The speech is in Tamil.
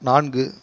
நான்கு